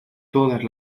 todas